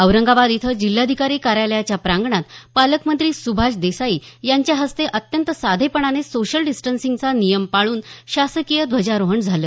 औरंगाबाद इथं जिल्हाधिकारी कार्यालयाच्या प्रांगणात पालकमंत्री सुभाष देसाई यांच्या हस्ते अत्यंत साधेपणाने सोशल डिस्टन्सिंगचा नियम पाळून शासकीय ध्वजारोहण झालं